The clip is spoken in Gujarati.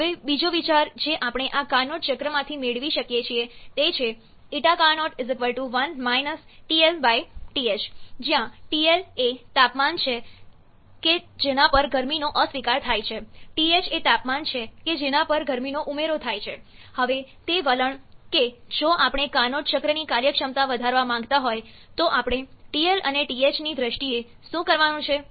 હવે બીજો વિચાર જે આપણે આ કાર્નોટ ચક્રમાંથી મેળવી શકીએ છીએ તે છે ƞCarnot 1 TL TH જ્યાં TL એ તાપમાન છે કે જેના પર ગરમીનો અસ્વીકાર થાય છે TH એ તાપમાન છે કે જેના પર ગરમીનો ઉમેરો થાય છે હવે તે વલણ કે જો આપણે કાર્નોટ ચક્રની કાર્યક્ષમતા વધારવા માંગતા હોય તો આપણે TL અને TH ની દ્રષ્ટિએ શું કરવાનું છે